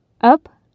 Up